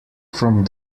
from